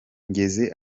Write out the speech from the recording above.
ngeze